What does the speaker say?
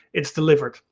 it's delivered,